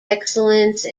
excellence